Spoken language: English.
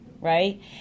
Right